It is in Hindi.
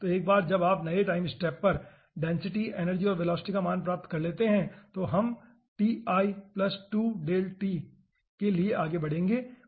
तो एक बार जब आप नए टाइम स्टेप पर डेंसिटी एनर्जी और वेलोसिटी का मान प्राप्त कर लेते हैं तो हम ti2δt के लिए आगे बढ़ेंगे ठीक है